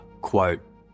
quote